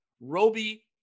Roby